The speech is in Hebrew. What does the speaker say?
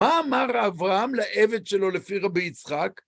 מה אמר אברהם לעבד שלו לפי רבי יצחק?